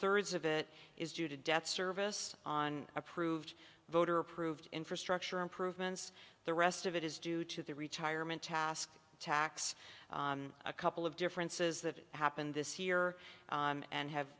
thirds of it is due to debt service on approved voter approved infrastructure improvements the rest of it is due to the retirement task tax a couple of differences that happened this year and have